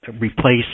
replace